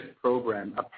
program